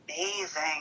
amazing